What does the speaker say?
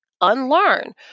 unlearn